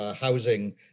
housing